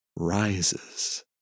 Rises